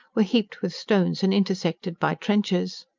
were heaped with stones and intersected by trenches.